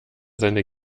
seinen